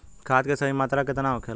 खाद्य के सही मात्रा केतना होखेला?